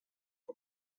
but